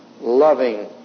loving